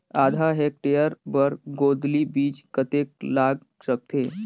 आधा हेक्टेयर बर गोंदली बीच कतेक लाग सकथे?